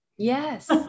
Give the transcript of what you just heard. Yes